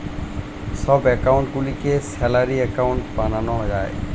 সব অ্যাকাউন্ট গুলিকে salary account বানানো যায়